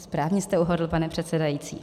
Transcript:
Správně jste uhodl, pane předsedající.